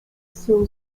sur